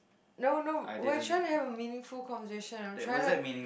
no no we're trying to have a meaningful conversation I'm trying to